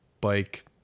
Bike